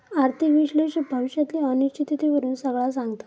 आर्थिक विश्लेषक भविष्यातली अनिश्चिततेवरून सगळा सांगता